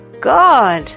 God